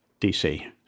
DC